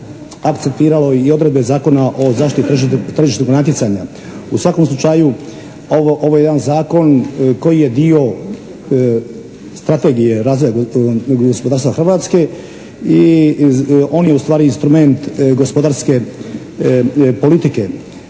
akceptiralo i odredbe Zakona o zaštiti tržišnog natjecanja. U svakom slučaju ovo je jedan Zakon koji je dio strategije razvoja gospodarstva Hrvatske i on je ustvari instrument gospodarske politike ne